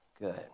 Good